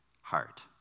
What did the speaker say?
heart